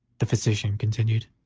the physician continued,